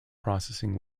processing